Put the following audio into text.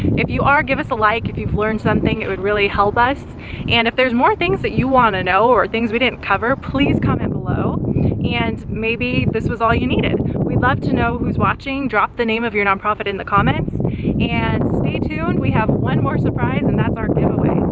if you are, give us a like if you've learned something, it would really help us and if there's more things that you wanna know or things we didn't cover, please comment below and maybe this was all you needed. we love to know who's watching, drop the name of your nonprofit in the comments and stay tuned, we have one more surprise and that's our giveaway.